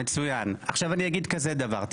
אני אגיד כזה דבר,